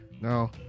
No